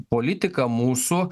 politika mūsų